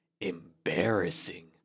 embarrassing